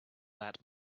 that